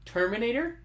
Terminator